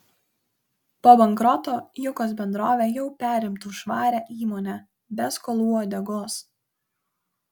po bankroto jukos bendrovė jau perimtų švarią įmonę be skolų uodegos